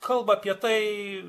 kalba apie tai